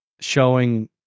showing